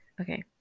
okay